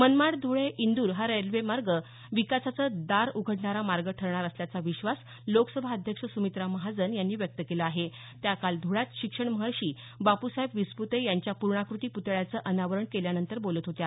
मनमाड धुळे इंदर हा रेल्वेमार्ग विकासाचं दार उघडणारा मार्ग ठरणार असल्याचा विश्वास लोकसभाध्यक्ष सुमित्रा महाजन यांनी व्यक्त केला आहे त्या काल ध्वळ्यात शिक्षण महर्षी बापूसाहेब विसपृते यांच्या पूर्णाकृती पुतळ्याचं अनावरण केल्यानंतर बोलत होत्या